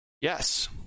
Yes